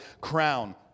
crown